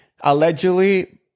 Allegedly